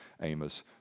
Amos